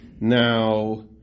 Now